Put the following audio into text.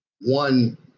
one